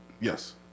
Yes